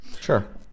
Sure